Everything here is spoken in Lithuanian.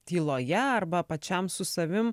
tyloje arba pačiam su savim